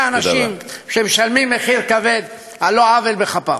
אנשים שמשלמים מחיר כבד על לא עוול בכפם.